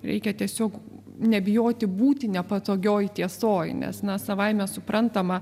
reikia tiesiog nebijoti būti nepatogioj tiesoj nes na savaime suprantama